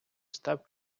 став